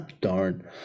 Darn